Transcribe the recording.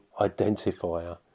identifier